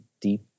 deep